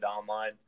Online